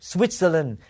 Switzerland